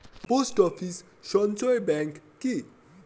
Post office সঞ্চয় bank কি?